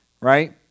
right